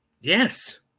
Yes